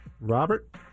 Robert